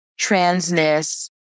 transness